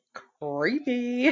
creepy